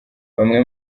bamwe